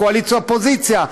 קואליציה אופוזיציה.